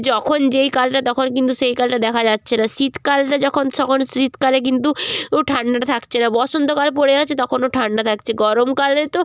যখন যেই কালটা তখন কিন্তু সেই কালটা দেখা যাচ্ছে না শীতকালটা যখন সখন শীতকালে কিন্তু উ ঠান্ডাটা থাকছে না বসন্তকাল পড়ে যাচ্ছে তখনও ঠান্ডা থাকছে গরমকালে তো